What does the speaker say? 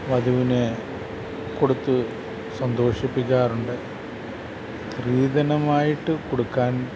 വധുവിന് കൊടുത്ത് സന്തോഷിപ്പിക്കാറുണ്ട് സ്ത്രീധനമായിട്ട് കൊടുക്കാൻ